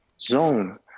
zone